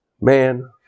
Man